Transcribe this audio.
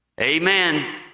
Amen